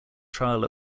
trial